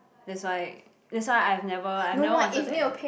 that's why that's why I have never I have never wanted to enter